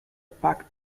packed